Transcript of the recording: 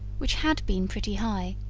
which had been pretty high,